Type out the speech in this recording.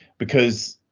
because.